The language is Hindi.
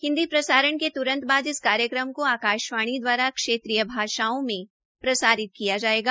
हिन्दी प्रसारण के त्रंत बाद इस कार्यक्रम को आकाशवाणी द्वारा क्षेत्रीय भाषाओं में प्रसारित किया जायेगा